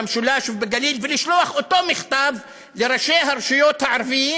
במשולש ובגליל ולשלוח אותו מכתב לראשי הרשויות הערבים?